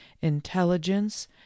intelligence